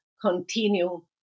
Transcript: continue